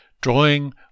drawing